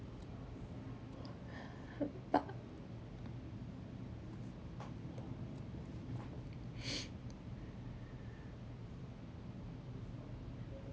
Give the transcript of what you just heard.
but